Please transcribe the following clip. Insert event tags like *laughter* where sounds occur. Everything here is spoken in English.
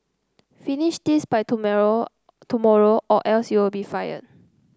finish this by *unintelligible* tomorrow or else you'll be fired